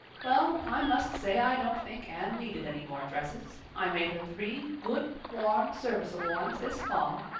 well, i must say i don't think anne needed any more dresses. i made her three good, warm, serviceable ones this fall,